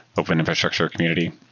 open infrastructure community.